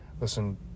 listen